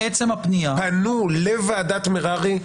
פנו לוועדת מררי.